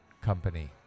company